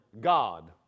God